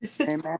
Amen